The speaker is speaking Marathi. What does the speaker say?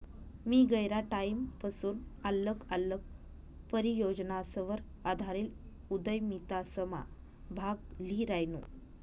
मी गयरा टाईमपसून आल्लग आल्लग परियोजनासवर आधारेल उदयमितासमा भाग ल्ही रायनू